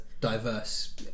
diverse